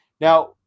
Now